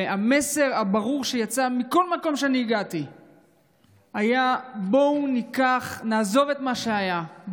המסר הברור שיצא מכל מקום שאני הגעתי אליו היה: בואו נעזוב את מה שהיה,